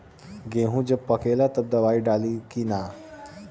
गेहूँ जब पकेला तब दवाई डाली की नाही?